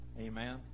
Amen